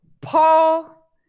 Paul